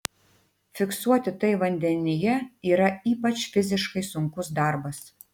fiksuoti tai vandenyje yra ypač fiziškai sunkus darbas